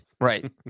Right